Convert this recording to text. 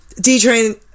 D-Train